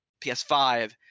PS5